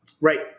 Right